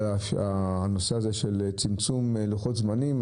אבל הנושא הזה של צמצום לוחות זמנים,